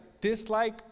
Dislike